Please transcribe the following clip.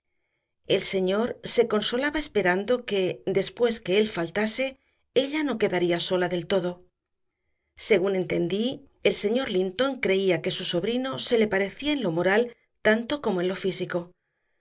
el señor se consolaba esperando que después que él faltase ella no quedaría sola del todo según entendí el señor linton creía que su sobrino se le parecía en lo moral tanto como en lo físico